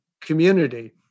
community